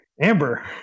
Amber